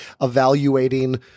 evaluating